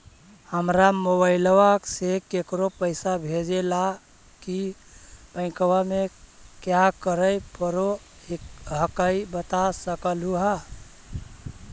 हमरा मोबाइलवा से केकरो पैसा भेजे ला की बैंकवा में क्या करे परो हकाई बता सकलुहा?